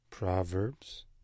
Proverbs